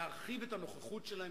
להרחיב את הנוכחות שלהם,